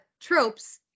tropes